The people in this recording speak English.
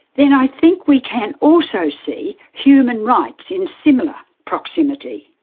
then i think we can also see human rights in similar proximity.